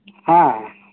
ᱦᱮᱸ